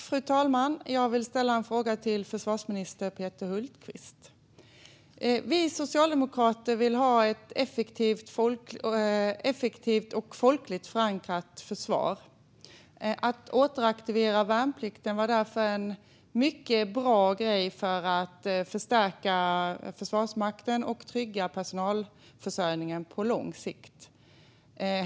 Fru talman! Jag vill ställa en fråga till försvarsminister Peter Hultqvist. Vi socialdemokrater vill ha ett effektivt och folkligt förankrat försvar. Att återaktivera värnplikten var därför en mycket bra grej för att förstärka Försvarsmakten och trygga personalförsörjningen på lång sikt.